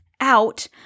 out